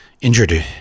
injured